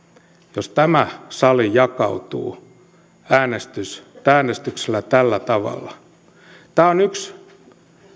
jos tämä sali jakautuu äänestyksellä äänestyksellä tällä tavalla tämä on yksi